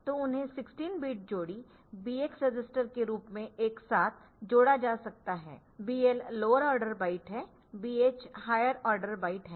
तो उन्हें 16 बिट जोड़ी BX रजिस्टर के रूप में एक साथ जोड़ा जा सकता है BL लोअर ऑर्डर बाइट है BH हायर ऑर्डर बाइट है